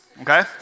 okay